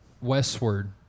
westward